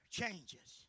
changes